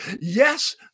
Yes